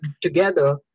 together